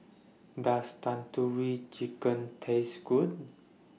Does Tandoori Chicken Taste Good